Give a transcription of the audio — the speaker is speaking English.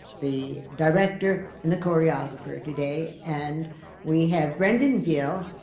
the director, and the choreographer today. and we have brendan gill,